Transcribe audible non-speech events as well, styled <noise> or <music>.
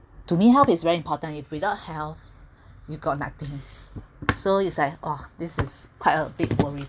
to me health is very important if without health you've got nothing <laughs> so it's like !wah! this is quite a big worry